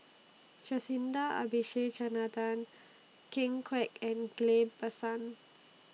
Jacintha Abisheganaden Ken Kwek and Ghillie BaSan